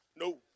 No